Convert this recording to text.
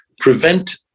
Prevent